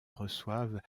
reçoivent